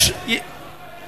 יש, אתה צודק.